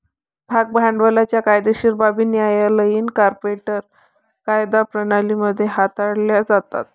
भाग भांडवलाच्या कायदेशीर बाबी न्यायालयीन कॉर्पोरेट कायदा प्रणाली मध्ये हाताळल्या जातात